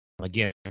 again